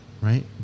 right